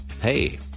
hey